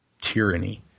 tyranny